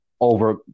over